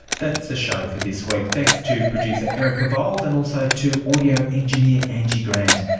that's the show for this week. thanks to producer erica vowles and also to audio engineer angie grant.